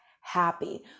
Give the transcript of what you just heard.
happy